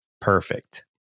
perfect